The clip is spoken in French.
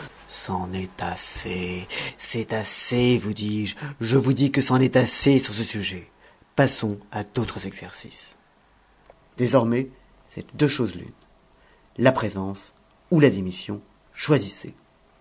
est assez c'est assez vous dis-je je vous dis que c'en est assez sur ce sujet passons à d'autres exercices désormais c'est de deux choses l'une la présence ou la démission choisissez